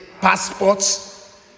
Passports